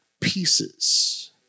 pieces